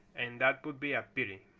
and that would be a pity.